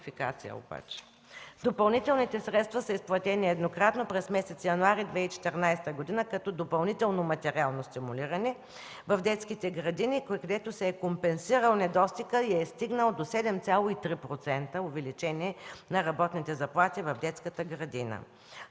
Допълнителните средства са изплатени еднократно през месец януари 2014 г. като допълнително материално стимулиране в детските градини, където се е компенсирал недостигът и е стигнал до 7,3% увеличение на работните заплати в детските градини.